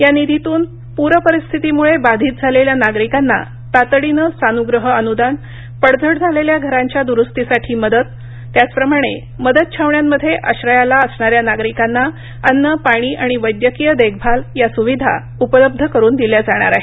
या निधीतून पूर परिस्थितीमुळे बाधीत झालेल्या नागरिकांना तातडीने सानुग्रह अनुदान पडझड झालेल्या घरांच्या द्रुस्तीसाठी मदत त्याचप्रमाणे मदत छावण्यांमध्ये आश्रयाला असणाऱ्या नागरिकांना अन्न पाणी आणि वैद्यकीय देखभाल या सुविधा उपलब्ध करून दिल्या जाणार आहेत